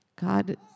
God